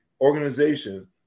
organization –